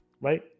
right